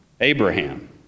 Abraham